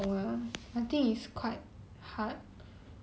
then like 很多人卖这样子